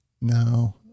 No